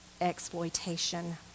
exploitation